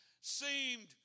seemed